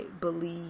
believe